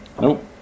Nope